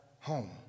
home